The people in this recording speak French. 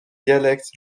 dialectes